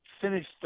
finished